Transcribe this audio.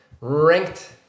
Ranked